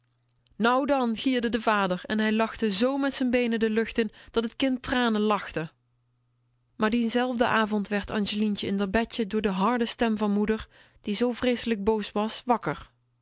nou dan gierde de vader en hij zwaaide zoo met z'n beenen de lucht in dat t kind tranen lachte maar dienzelfden avond werd angelientje in r bedje door de harde stem van moeder die vreeselijk boos was wakker